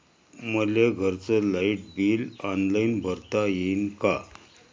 मले घरचं light bill online भरता येईन का?